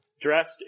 dressed